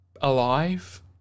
alive